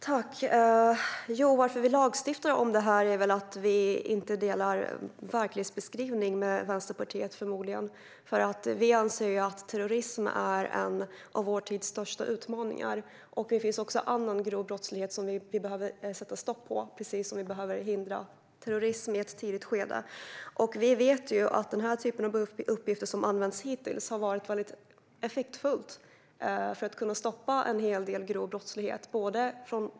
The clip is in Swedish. Herr talman! Att vi lagstiftar om det här har att göra med att vi förmodligen inte delar verklighetssyn med Vänsterpartiet. Vi anser att terrorism är en av vår tids största utmaningar. Det finns också annan grov brottslighet som vi behöver sätta stopp för, precis som vi behöver hindra terrorism i ett tidigt skede. Vi vet att det har varit väldigt effektfullt både för polisen och för tullen att använda den här typen av uppgifter för att kunna stoppa en hel del grov brottslighet.